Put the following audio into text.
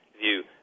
view